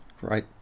great